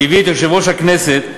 שהביא את יושב-ראש הכנסת,